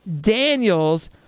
Daniels